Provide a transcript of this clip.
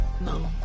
No